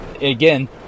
Again